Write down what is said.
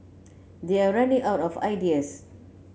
they're running out of ideas